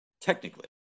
technically